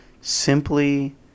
simply